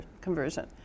conversion